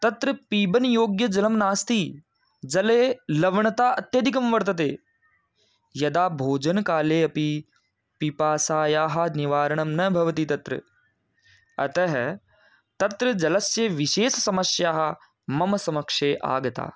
तत्र पानयोग्यजलं नास्ति इति जले लवणता अत्यधिकं वर्तते यदा भोजनकाले अपि पिपासायाः निवारणं न भवति तत्र अतः तत्र जलस्य विशेषसमस्याः मम समक्षे आगता